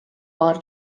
paar